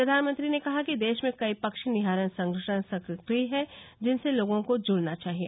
प्रधानमंत्री ने कहा कि देश में कई पक्षी निहारन संगठन सक्रिय हैं जिनसे लोगों को जुड़ना चाहिए